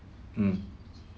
mm